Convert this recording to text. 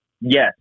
Yes